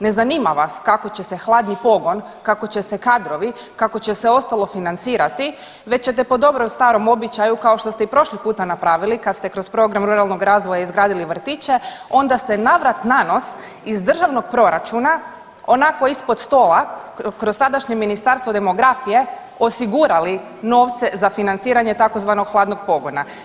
Ne zanima vas kako će se hladni pogon, kako će se kadrovi, kako će se ostalo financirati već ćete po dobrom starom običaju kao što ste i prošli puta napravili kad ste program ruralnog razvoja izgradili vrtiće onda ste navrat nanos iz državnog proračuna onako ispod stola kroz tadašnje Ministarstvo demografije osigurali novce za financiranje tzv. hladnog pogona.